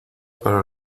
para